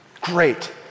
great